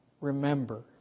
remember